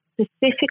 specifically